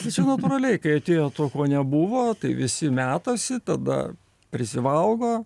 tai čia natūraliai kai atėjo to ko nebuvo tai visi metasi tada prisivalgo